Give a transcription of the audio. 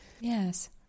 Yes